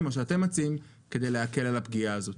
או שאתם מציעים כדי להקל על הפגיעה הזאת.